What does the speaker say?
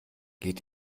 geht